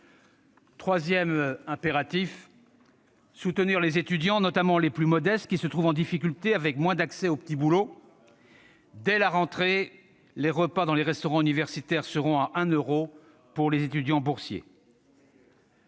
Troisième impératif : soutenir les étudiants, notamment les plus modestes, qui se trouvent en difficulté avec moins d'accès aux petits boulots. Dès la rentrée, les repas dans les restaurants universitaires seront à un euro pour les étudiants boursiers.